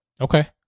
Okay